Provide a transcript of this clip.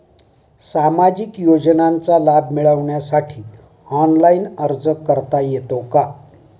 सामाजिक योजनांचा लाभ मिळवण्यासाठी ऑनलाइन अर्ज करता येतो का?